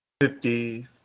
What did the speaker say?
fifty